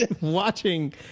watching